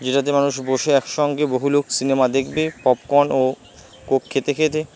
যেটাতে মানুষ বসে একসঙ্গে বহু লোক সিনেমা দেখবে পপকর্ন ও কোক খেতে খেতে